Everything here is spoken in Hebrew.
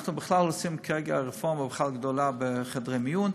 בכלל, כרגע אנחנו עושים רפורמה גדולה בחדרי המיון.